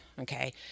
Okay